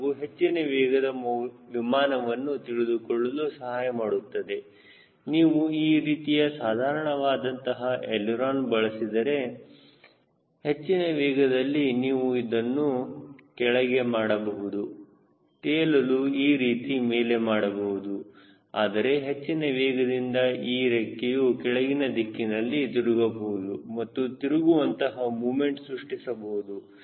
ಹಾಗೂ ಹೆಚ್ಚಿನ ವೇಗದ ವಿಮಾನವನ್ನು ತಿಳಿದುಕೊಳ್ಳಲು ಸಹಾಯಮಾಡುತ್ತದೆ ನೀವು ಈ ರೀತಿಯ ಸಾಧಾರಣವಾದ ಅಂತಹ ಎಳಿರೋನ ಬಳಸಿದರೆ ಹೆಚ್ಚಿನ ವೇಗದಲ್ಲಿ ನೀವು ಅದನ್ನು ಕೆಳಗೆ ಮಾಡಬಹುದು ತೇಲಲು ಈ ರೀತಿ ಮೇಲೆ ಮಾಡಬಹುದು ಆದರೆ ಹೆಚ್ಚಿನ ವೇಗದಿಂದ ಈ ರೆಕ್ಕೆಯು ಕೆಳಗಿನ ದಿಕ್ಕಿನಲ್ಲಿ ತಿರುಗಬಹುದು ಅದು ತಿರುಗುವಂತಹ ಮೂಮೆಂಟ ಸೃಷ್ಟಿಸಬಹುದು